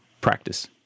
practice